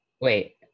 Wait